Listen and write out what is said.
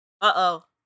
Uh-oh